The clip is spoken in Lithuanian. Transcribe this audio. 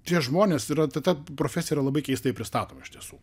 tie žmonės yra ta profesija yra labai keistai pristatoma iš tiesų